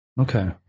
Okay